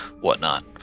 whatnot